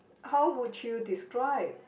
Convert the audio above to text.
how would you describe